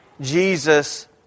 Jesus